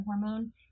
hormone